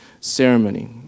ceremony